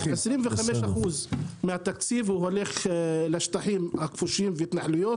25% מהתקציב הולך לשטחים הכבושים ולהתנחלויות.